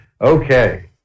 Okay